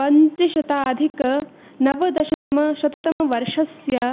पञ्चशताधिकनवदशतमशततमवर्षस्य